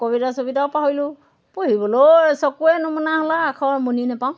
কবিতা চবিতাও পাহৰিলোঁ পঢ়িবলৈও চকুৱে নমনা হ'ল আৰু আখৰ মনি নাপাওঁ